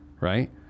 right